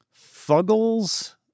Fuggles